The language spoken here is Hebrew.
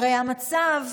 הרי במצב כיום,